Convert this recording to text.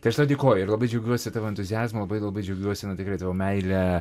tai aš tau dėkoju ir labai džiaugiuosi tavo entuziazmu labai džiaugiuosi na tikrai tavo meile